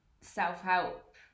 self-help